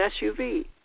SUV